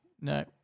no